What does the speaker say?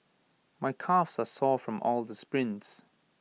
my calves are sore from all the sprints